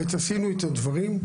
עשינו את הדברים.